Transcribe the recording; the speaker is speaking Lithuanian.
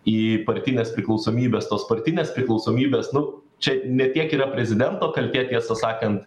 į partinės priklausomybės tos partinės priklausomybės nu čia ne tiek yra prezidento kaltė tiesą sakant